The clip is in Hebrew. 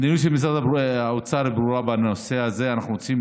המדיניות של משרד האוצר בנושא הזה ברורה.